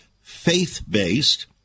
faith-based